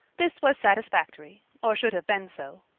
this was satisfactory or should have been so.